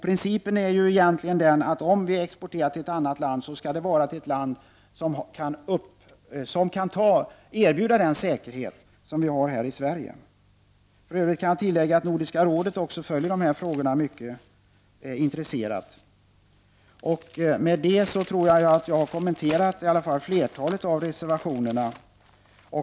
Principen är egentligen att om vi exporterar till ett annat land, skall det vara ett land som kan erbjuda den säkerhet som vi har här i Sverige. Jag kan tillägga att Nordiska rådet följer de här frågorna mycket intresserat. Med det tror jag att jag har kommenterat flertalet av reservationerna.